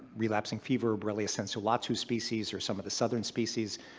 relapsing fever, borrelia sensu lato species or some of the southern species,